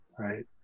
right